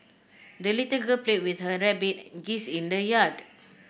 the little girl played with her rabbit and geese in the yard